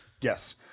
Yes